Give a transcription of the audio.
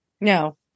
No